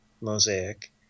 Mosaic